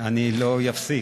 אני לא אפסיק.